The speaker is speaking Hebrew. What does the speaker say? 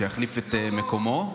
שימלא את מקומו.